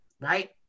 right